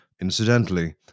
incidentally